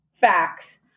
facts